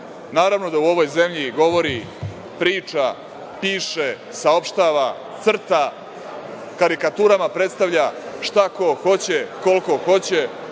dišu. Naravno da u ovoj zemlji govori, priča, piše, saopštava, crta, karikaturama predstavlja šta ko hoće, koliko hoće,